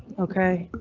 ok,